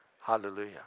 Hallelujah